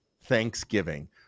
Thanksgiving